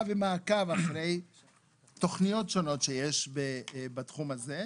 ומעקב אחרי תוכניות שונות שיש בתחום הזה.